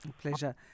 Pleasure